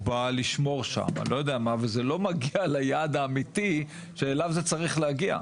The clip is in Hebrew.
בא לשמור שם וזה לא מגיע ליעד האמיתי אליו הוא צריך להגיע.